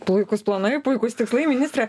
puikūs planai puikus tikslai ministre